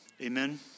Amen